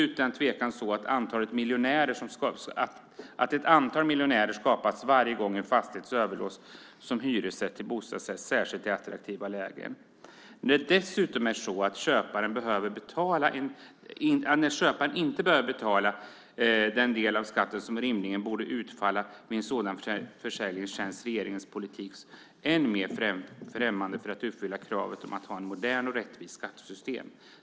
Utan tvivel är det så att ett antal miljonärer skapas varje gång en hyresfastighet överlåts till en bostadsrättsförening, särskilt i attraktiva lägen. Men när köparen inte behöver betala den del av skatten som rimligen borde utfalla vid en sådan försäljning känns regeringens politik än mer främmande för att uppfylla kravet om att ha ett modernt och rättvist skattesystem.